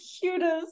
cutest